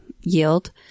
yield